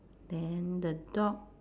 then the dog